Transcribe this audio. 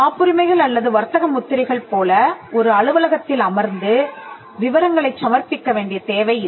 காப்புரிமைகள் அல்லது வர்த்தக முத்திரைகள் போல ஒரு அலுவலகத்தில் அமர்ந்து விவரங்களைச் சமர்ப்பிக்க வேண்டிய தேவை இல்லை